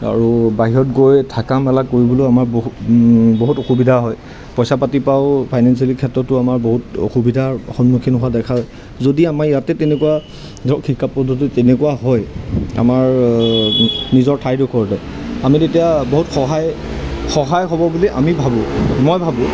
আৰু বাহিৰত গৈ থাকা মেলা কৰিবলৈও আমাৰ বহু বহুত অসুবিধা হয় পইচা পাতিৰ পৰাও ফাইনেঞ্চিয়েলিৰ ক্ষেত্ৰতো আমাৰ বহুত অসুবিধাৰ সন্মুখীন হোৱা দেখা যদি আমাৰ ইয়াতে তেনেকুৱা ধৰক শিক্ষা পদ্ধতি তেনেকুৱা হয় আমাৰ নিজৰ ঠাইডোখৰতে আমি তেতিয়া বহুত সহায় সহায় হ'ব বুলি আমি ভাবোঁ মই ভাবোঁ